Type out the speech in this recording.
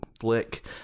flick